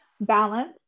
balance